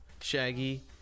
Shaggy